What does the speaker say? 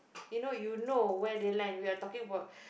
you know you know where they land we are talking about